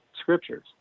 scriptures